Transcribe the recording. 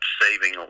saving